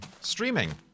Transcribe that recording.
streaming